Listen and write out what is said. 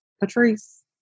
Patrice